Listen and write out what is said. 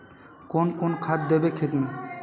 कौन कौन खाद देवे खेत में?